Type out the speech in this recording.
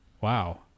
Wow